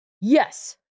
Yes